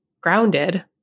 grounded